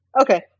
Okay